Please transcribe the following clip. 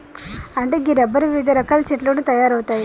అంటే గీ రబ్బరు వివిధ రకాల చెట్ల నుండి తయారవుతాయి